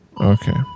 Okay